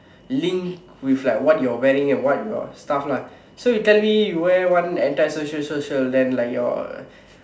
link with like what you're wearing and what your stuff lah so you tell me you wear one anti social shirt then like your